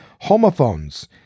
homophones